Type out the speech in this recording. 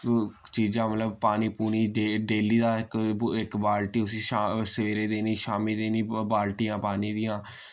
ओ चीजां मतलब पानी पूनी डेली दा इक इक बालटी उसी शा सवेरे देनी शाम्मी देनी ब बाल्टियां पानी दियां